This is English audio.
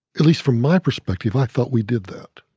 at least from my perspective, i thought we did that.